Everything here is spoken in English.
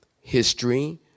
history